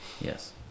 Yes